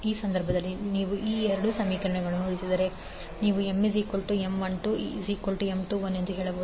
ಆ ಸಂದರ್ಭದಲ್ಲಿ ನೀವು ಈ ಎರಡು ಸಮೀಕರಣಗಳನ್ನು ಹೋಲಿಸಿದರೆ ನೀವು MM12M21ಎಂದು ಹೇಳಬಹುದು